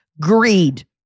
Greed